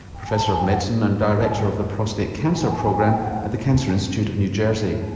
professor of medicine and director of the prostate cancer program at the cancer institute of new jersey.